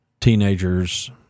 teenagers